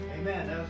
Amen